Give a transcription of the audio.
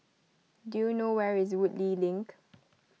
do you know where is Woodleigh Link